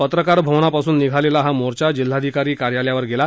पत्रकार भवनापासून निघालेला हा मोर्चा जिल्हाधिकारी कार्यालयावर गेला